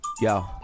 yo